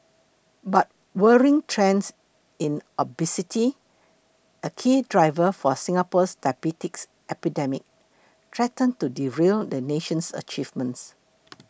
but worrying trends in obesity a key driver for Singapore's diabetes epidemic threaten to derail the nation's achievements